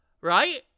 right